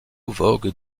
vogue